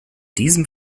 diesem